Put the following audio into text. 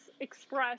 express